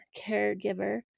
caregiver